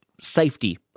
safety